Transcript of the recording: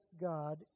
God